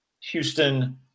Houston